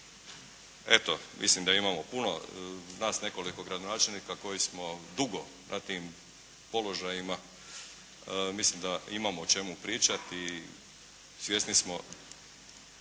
Eto, mislim da imamo puno, nas nekoliko gradonačelnika koji smo dugo na tim položajima, mislim da imamo o čemu pričati i svjesni smo